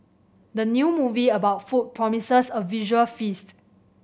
the new movie about food promises a visual feast